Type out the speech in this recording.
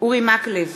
אורי מקלב,